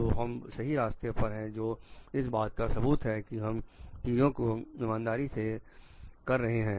तो हम सही रास्ते पर हैं जो इस बात का सबूत है कि हम चीज को ईमानदारी से कर रहे हैं